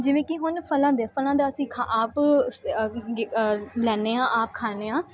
ਜਿਵੇਂ ਕਿ ਹੁਣ ਫਲਾਂ ਦੇ ਫਲਾਂ ਦਾ ਅਸੀਂ ਖਾ ਆਪ ਸ ਗ ਲੈਂਦੇ ਹਾਂ ਆਪ ਖਾਂਦੇ ਹਾਂ